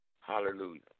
Hallelujah